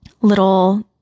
little